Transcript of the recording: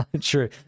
true